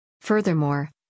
Furthermore